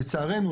לצערנו,